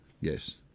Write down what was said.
Yes